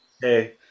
Hey